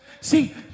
See